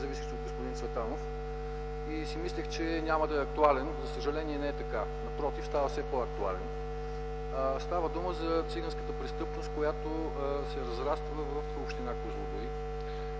независимо от господин Цветанов. И си мислех, че няма да е актуален. За съжаление не е така. Напротив, става все по-актуален. Става дума за циганската престъпност, която се разраства в община Козлодуй.